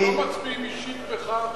אנחנו לא מצביעים אישית בך עכשיו.